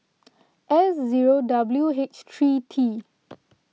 S zero W H three T